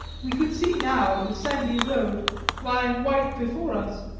we could see now the sandy road lying white before us,